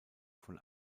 von